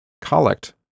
collect